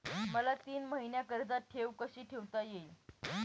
मला तीन महिन्याकरिता ठेव कशी ठेवता येईल?